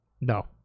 no